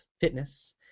fitness